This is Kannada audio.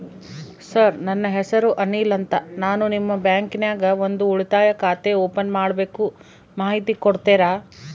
ಸರ್ ನನ್ನ ಹೆಸರು ಅನಿಲ್ ಅಂತ ನಾನು ನಿಮ್ಮ ಬ್ಯಾಂಕಿನ್ಯಾಗ ಒಂದು ಉಳಿತಾಯ ಖಾತೆ ಓಪನ್ ಮಾಡಬೇಕು ಮಾಹಿತಿ ಕೊಡ್ತೇರಾ?